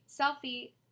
selfie